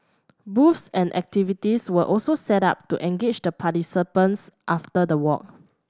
booths and activities were also set up to engage the participants after the walk